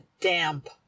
damp